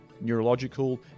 neurological